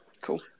Cool